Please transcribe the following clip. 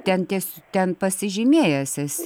ten ties ten pasižymėjęs esi